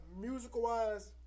musical-wise